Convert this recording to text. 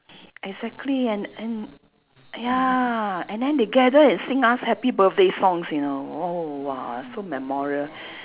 exactly and and ya and then they gather and sing us happy birthday songs you know oh !wah! so memorial